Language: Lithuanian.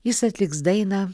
jis atliks dainą